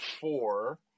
four